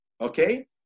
Okay